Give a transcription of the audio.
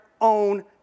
own